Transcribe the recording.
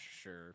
sure